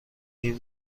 این